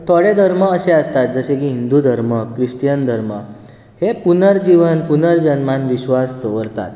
but थोडे धर्म अशें आसतात जशें की हिंदू धर्म क्रिस्टीयन धर्म हे पुर्नजीवन पुर्नजल्मांत विश्वास दवरतात